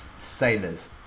sailors